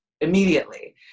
immediately